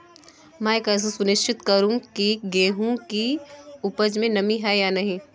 मैं कैसे सुनिश्चित करूँ की गेहूँ की उपज में नमी है या नहीं?